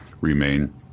remain